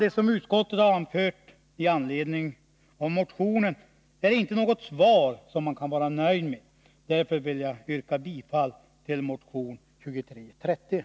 Det som utskottet har anfört med anledning av motionen är inte en skrivning som man kan vara nöjd med, och jag vill därför yrka bifall till de aktuella delarna av motion 2330.